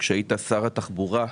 כשהיית שר התחבורה,